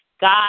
God